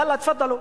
יאללה, תפאדלו.